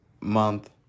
month